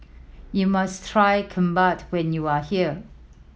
you must try Kimbap when you are here